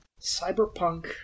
Cyberpunk